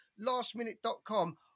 Lastminute.com